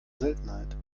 seltenheit